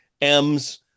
M's